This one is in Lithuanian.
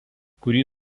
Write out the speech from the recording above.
kurį